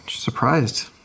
Surprised